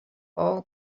all